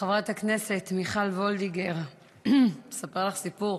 חברת הכנסת מיכל וולדיגר, אספר לך סיפור.